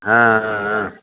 ஆ ஆ ஆ